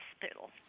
hospital